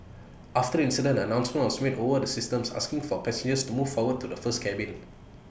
after the incident an announcement was made over the systems asking for passengers to move forward to the first cabin